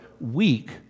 weak